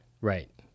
Right